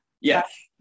Yes